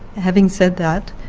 having said that,